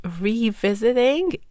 revisiting